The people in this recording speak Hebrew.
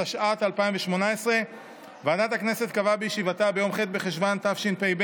התשע"ט 2018. ועדת הכנסת קבעה בישיבתה ביום ח' בחשוון התשפ"ב,